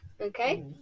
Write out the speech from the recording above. Okay